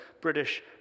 British